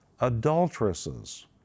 Adulteresses